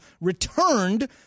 returned